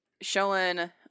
showing